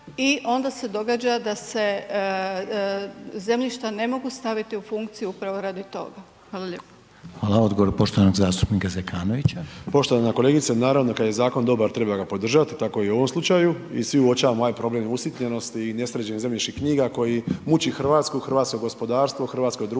i onda se događa da se zemljišta ne mogu staviti u funkciju upravo radi toga. Hvala lijepa. **Reiner, Željko (HDZ)** Hvala. Odgovor poštovanog zastupnika Zekanovića. **Zekanović, Hrvoje (HRAST)** Poštovana kolegice. Naravno, kad je zakon dobar, treba ga podržati, tako i u ovom slučaju i svi uočavamo ovaj problem usitnjenosti i nesređenosti zemljišnih knjiga koji muči Hrvatsku i hrvatsko gospodarstvo, hrvatsko društvo